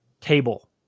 table